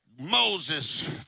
Moses